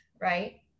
right